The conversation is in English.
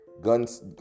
Guns